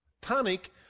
Panic